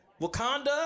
Wakanda